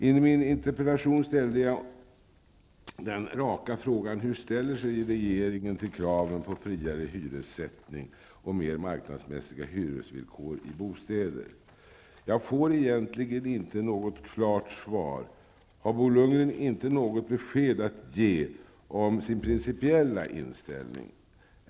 I min interpellation ställde jag den raka frågan: Hur ställer sig regeringen till kraven på friare hyressättning och mer marknadsmässiga hyresvillkor i bostäder? Jag får egentligen inte något klart svar. Har Bo Lundgren inte något besked att ge om sin principiella inställning?